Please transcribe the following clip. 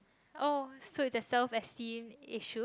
oh so it's your self esteem issue